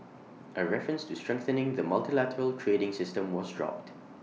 A reference to strengthening the multilateral trading system was dropped